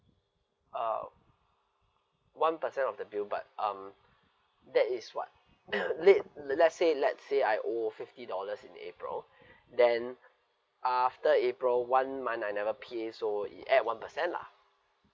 uh one percent of the bill but um that is what late le~ let's say let's say I owe fifty dollars in april then after april one month I never pay so it add one percent lah